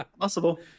Possible